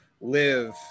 live